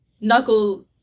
Knuckle